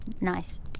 Nice